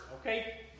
Okay